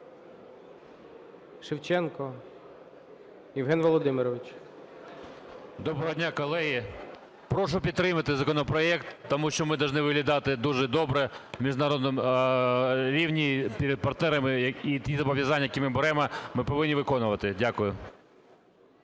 Доброго дня, колеги. Прошу підтримати законопроект, тому що ми повинні виглядати дуже добре на міжнародному рівні перед партнерами, і ті зобов'язанні, які ми беремо, ми повинні виконувати. Дякую.